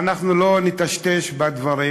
ואנחנו לא נטשטש בדברים?